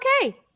okay